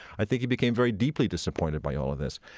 i think he became very deeply disappointed by all of this.